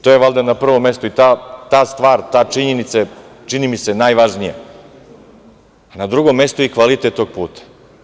To je valjda na prvom mestu i ta stvar, ta činjenica je, čini mi, se najvažnija, na drugom mestu i kvalitet tog puta.